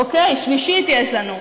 אוקיי, שלישית יש לנו.